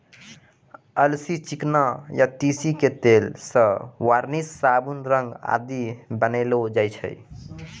अलसी, चिकना या तीसी के तेल सॅ वार्निस, साबुन, रंग आदि बनैलो जाय छै